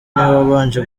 wabanje